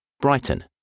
Brighton